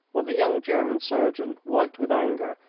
while the young german surgeon, white with anger,